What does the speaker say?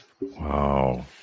wow